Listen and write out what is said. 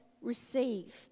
receive